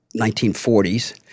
1940s